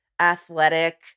athletic